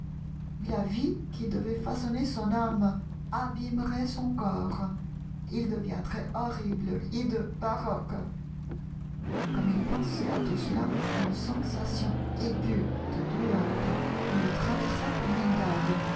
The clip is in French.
la vie qui devait façonner son âme abîmerait son corps il deviendrait horrible hideux baroque comme il pensait à tout cela une sensation aiguë de douleur le traversa comme une dague